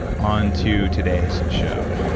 on to today's show.